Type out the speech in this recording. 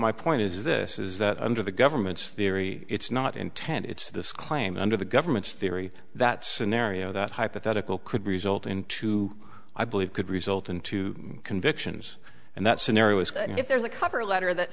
my point is this is that under the government's theory it's not intent it's this claim under the government's theory that scenario that hypothetical could result into i believe could result in two convictions and that scenario is if there's a cover letter that